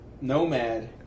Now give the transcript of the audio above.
Nomad